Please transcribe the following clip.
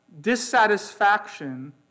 dissatisfaction